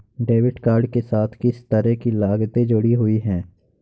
Debit card के साथ किस तरह की लागतें जुड़ी हुई हैं?